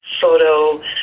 photo